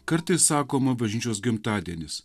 kartais sakoma bažnyčios gimtadienis